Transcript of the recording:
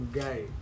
guy